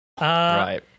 Right